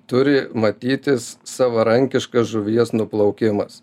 turi matytis savarankiškas žuvies nuplaukimas